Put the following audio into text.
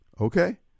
okay